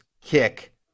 kick